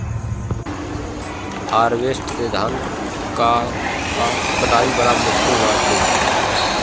harvester से धान कअ कटाई बड़ा मुश्किल बाटे